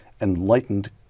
enlightened